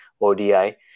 ODI